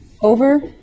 over